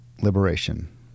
liberation